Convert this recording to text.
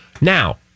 Now